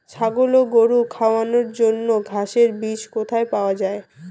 ছাগল ও গরু খাওয়ানোর জন্য ঘাসের বীজ কোথায় পাওয়া যায়?